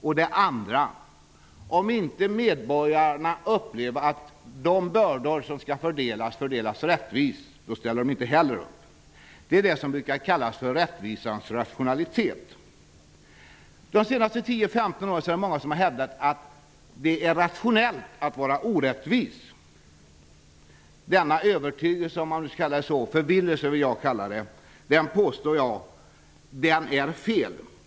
För det andra: Om medborgarna upplever att de bördor som skall fördelas inte fördelas rättvist, ställer de inte upp. Detta brukar kallas för rättvisans rationalitet. Under de senaste tio femton åren har många hävdat att det är rationellt att vara orättvis. Denna övertygelse -- förvillelse vill jag kalla detta för -- är felaktig, påstår jag.